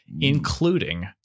including